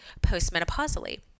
postmenopausally